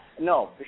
No